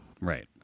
Right